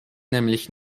nämlich